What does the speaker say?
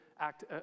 act